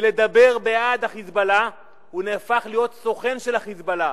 ומלדבר בעד ה"חיזבאללה" הוא נהפך להיות סוכן של ה"חיזבאללה".